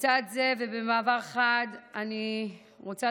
לצד זה ובמעבר חד, אני רוצה